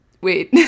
wait